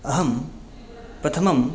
अहं प्रथमं